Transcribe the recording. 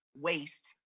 waste